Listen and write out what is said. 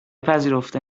پذیرفته